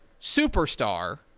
superstar